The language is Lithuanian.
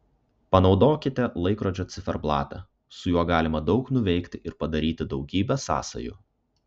panaudokite laikrodžio ciferblatą su juo galima daug nuveikti ir padaryti daugybę sąsajų